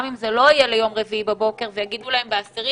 גם אם זה לא יהיה ליום רביעי בבוקר ויגידו להם בעשירי